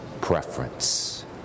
preference